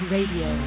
Radio